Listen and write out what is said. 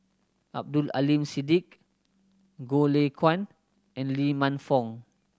Abdul Aleem Siddique Goh Lay Kuan and Lee Man Fong